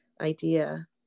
idea